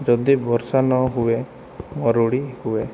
ଯଦି ବର୍ଷା ନ ହୁଏ ମରୁଡ଼ି ହୁଏ